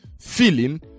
feeling